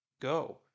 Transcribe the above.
Go